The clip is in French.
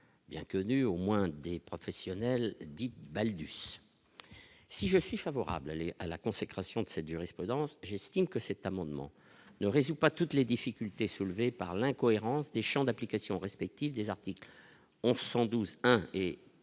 bien connu au moins des professionnels dites Bâle du s'si je suis favorable à la à la consécration de cette jurisprudence, j'estime que cet amendement ne résout pas toutes les difficultés soulevées par l'incohérence des champs d'application respectif des articles on 112 et 137